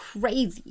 crazy